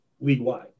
league-wide